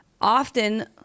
often